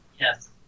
Yes